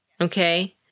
Okay